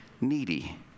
needy